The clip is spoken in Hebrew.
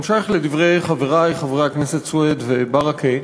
בהמשך לדברי חברי חברי הכנסת סוייד וברכה,